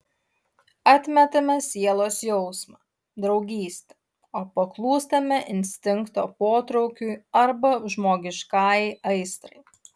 atmetame sielos jausmą draugystę o paklūstame instinkto potraukiui arba žmogiškajai aistrai